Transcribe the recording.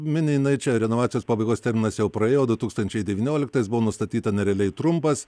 mini jinai čia renovacijos pabaigos terminas jau praėjo du tūkstančiai devynioliktais metais buvo nustatyta nerealiai trumpas